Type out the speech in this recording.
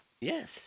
Yes